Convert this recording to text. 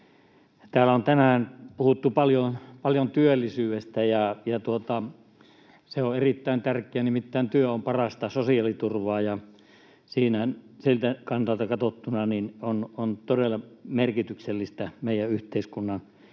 Täällä on tänään puhuttu paljon työllisyydestä, ja se on erittäin tärkeää. Nimittäin työ on parasta sosiaaliturvaa, ja siltä kannalta katsottuna on todella merkityksellistä meidän yhteiskunnan eteenpäinvieminen.